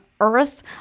Earth